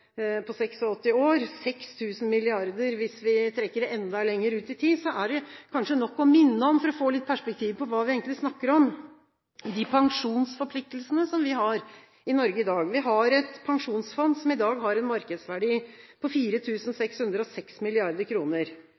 på 86 år, og 6 000 mrd. kr hvis vi trekker det enda lenger ut i tid, er det kanskje nok å minne om, for å få litt perspektiv på hva vi egentlig snakker om, de pensjonsforpliktelsene vi har i Norge i dag. Vi har et pensjonsfond som i dag har en markedsverdi på